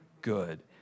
good